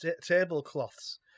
tablecloths